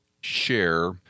share